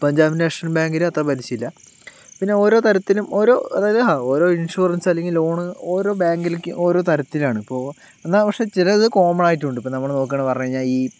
Punjab national ബാങ്കിലും അത്ര പലിശയില്ല പിന്നെ ഓരോ തരത്തിലും ഓരോ അതായത് ഓരോ ഇൻഷുറൻസ് അല്ലെങ്കിൽ ലോൺ ഓരോ ബാങ്കിലേക്കും ഓരോ തരത്തിലാണ് അപ്പോൾ എന്നാൽ പക്ഷേ ചിലത് കോമണായിട്ടുണ്ട് ഇപ്പോൾ നമ്മള് നോക്കുകയാണെന്ന് പറഞ്ഞുകഴിഞ്ഞാൽ ഈ